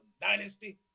dynasty